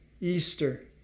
Easter